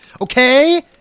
Okay